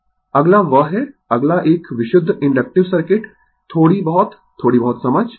Refer Slide Time 1327 अगला वह है अगला एक विशुद्ध इन्डक्टिव सर्किट थोड़ी बहुत थोड़ी बहुत समझ